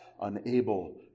unable